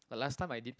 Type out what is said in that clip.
but last time I did